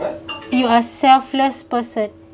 you are selfless person